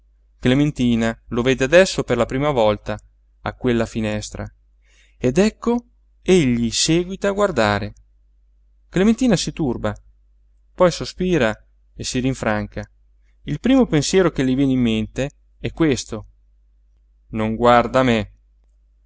clementina lo vede adesso per la prima volta a quella finestra ed ecco egli séguita a guardare clementina si turba poi sospira e si rinfranca il primo pensiero che le viene in mente è questo non guarda me